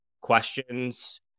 questions